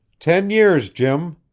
ten years, jim.